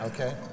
Okay